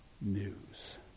news